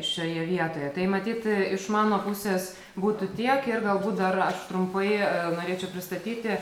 šioje vietoje tai matyt iš mano pusės būtų tiek ir galbūt dar aš trumpai norėčiau pristatyti